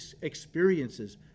experiences